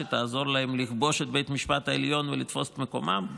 שתעזור להם לכבוש את בית המשפט העליון ולתפוס את מקומם?